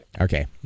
Okay